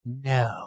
no